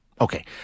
okay